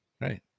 Right